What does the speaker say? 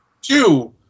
Two